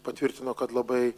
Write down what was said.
patvirtino kad labai